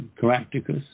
Caractacus